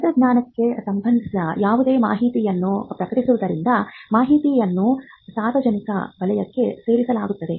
ತಂತ್ರಜ್ಞಾನಕ್ಕೆ ಸಂಬಂಧಿಸಿದ ಯಾವುದೇ ಮಾಹಿತಿಯನ್ನು ಪ್ರಕಟಿಸುವುದರಿಂದ ಮಾಹಿತಿಯನ್ನು ಸಾರ್ವಜನಿಕ ವಲಯಕ್ಕೆ ಸೇರಿಸಲಾಗುತ್ತದೆ